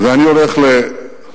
ואני הולך ל-W,